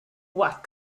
what